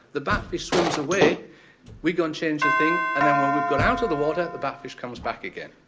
the bat fish swims away we go and change the thing and when we've got out of the water the bat fish comes back again.